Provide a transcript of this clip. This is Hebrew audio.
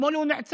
אתמול הוא נעצר.